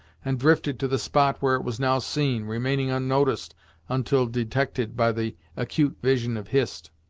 and drifted to the spot where it was now seen, remaining unnoticed until detected by the acute vision of hist.